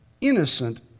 innocent